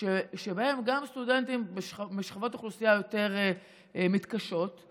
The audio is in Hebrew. שבהן גם סטודנטים משכבות אוכלוסייה יותר מתקשות,